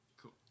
Cool